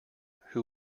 who